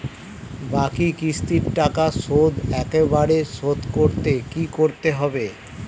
বাকি কিস্তির টাকা শোধ একবারে শোধ করতে কি করতে হবে?